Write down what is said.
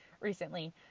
recently